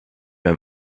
mehr